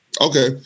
Okay